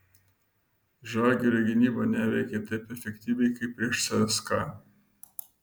žalgirio gynyba neveikė taip efektyviai kaip prieš cska